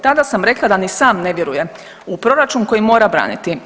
Tada sam rekla da ni sam ne vjeruje u proračun koji mora braniti.